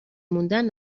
موندن